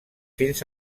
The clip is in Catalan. fins